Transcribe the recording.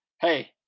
hey